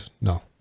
No